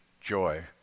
joy